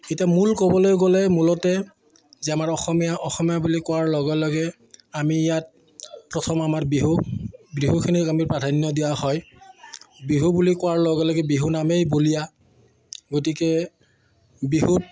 এতিয়া মূল ক'বলৈ গ'লে মূলতে যে আমাৰ অসমীয়া অসমীয়া বুলি কোৱাৰ লগে লগে আমি ইয়াত প্ৰথম আমাৰ বিহু বিহুখিনিক আমি প্ৰাধান্য দিয়া হয় বিহু বুলি কোৱাৰ লগে লগে বিহু নামেই বলিয়া গতিকে বিহুত